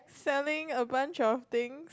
selling a bunch of thing